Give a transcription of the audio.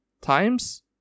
times